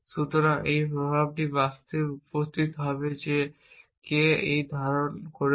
সুতরাং এই প্রভাবটি বাস্তবে উপস্থিত হবে যে আপনি কে এবং ধারণ করেছেন